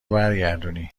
برگردونی